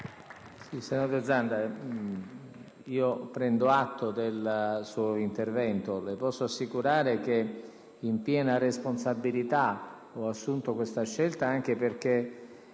Senatore Zanda, prendo atto del suo intervento. Le posso assicurare che in piena responsabilità ho assunto questa scelta anche perché